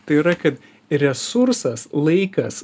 tai yra kad resursas laikas